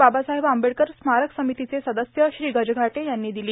बाबासाहेब आंबेडकर स्मारक समितीचे सदस्य श्री गजघाटे यांनी दिली